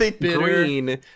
green